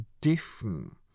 different